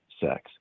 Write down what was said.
sex